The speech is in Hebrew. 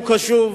הוא קשוב,